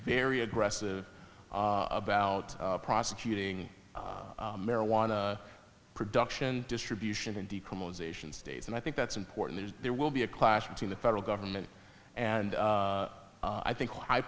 very aggressive about prosecuting marijuana production distribution in decriminalization states and i think that's important as there will be a clash between the federal government and i think high